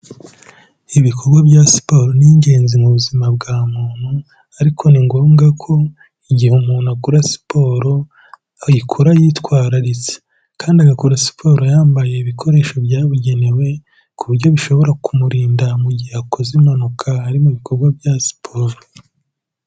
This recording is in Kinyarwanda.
Ibikorwa bya siporo ni ingenzi mu buzima bwa muntu ariko ni ngombwa ko igihe umuntu akora siporo, ayikora yitwararitse kandi agakora siporo yambaye ibikoresho byabugenewe, ku buryo bishobora kumurinda mu gihe akoze impanuka ari mu bikorwa bya siporo.